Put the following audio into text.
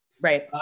Right